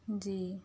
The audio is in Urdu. جی